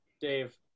Dave